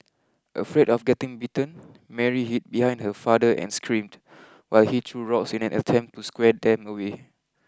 afraid of getting bitten Mary hid behind her father and screamed while he threw rocks in an attempt to scare them away